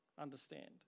understand